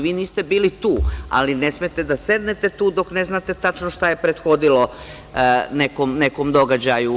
Vi niste bili tu, ali ne smete da sednete tu dok ne znate tačno šta je prethodilo nekom događaju.